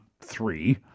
three